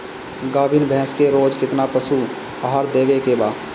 गाभीन भैंस के रोज कितना पशु आहार देवे के बा?